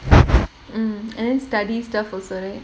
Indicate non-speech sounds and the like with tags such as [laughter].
[noise] mm and then studies stuff also like